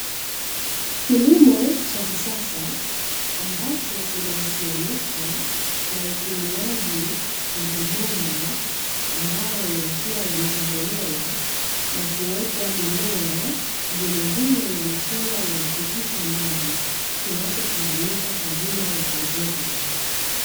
kilimo cha kisasa ambacho kinahusiana na u tumiaji wa mabomba ambayo yanakuwa yametengenezwa na kuwekwa mimea yanakuwa yanapitisha kinachofahamika kwa jina la hidroponi.